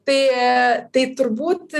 tai tai turbūt